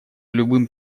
любым